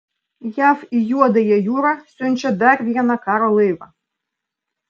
jav į juodąją jūrą siunčia dar vieną karo laivą